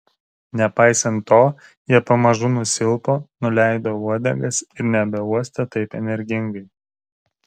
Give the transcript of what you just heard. nepaisant to jie pamažu nusilpo nuleido uodegas ir nebeuostė taip energingai